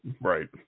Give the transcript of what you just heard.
Right